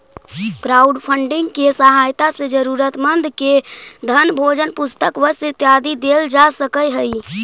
crowdfunding के सहायता से जरूरतमंद के धन भोजन पुस्तक वस्त्र इत्यादि देल जा सकऽ हई